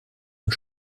und